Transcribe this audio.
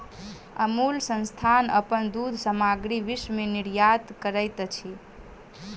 अमूल संस्थान अपन दूध सामग्री विश्व में निर्यात करैत अछि